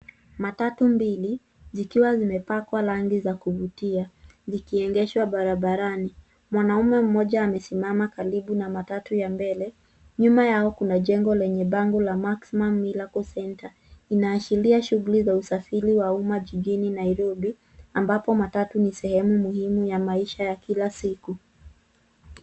Matatu mbili zikiwa zimepakwa rangi za kuvutia, zikiegeshwa barabarani. Mwanaume mmoja amesimama karibu na matatu ya mbele. Nyuma yao kuna jengo lenye bango la Maximum Miracle Center. Linaashiria shughuli za usafiri wa uma jijini Nairobi, ambapo matatu ni sehemu muhimu ya maisha ya kila siku.